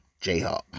Jayhawk